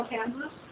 Kansas